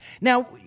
Now